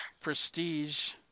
Prestige